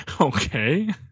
Okay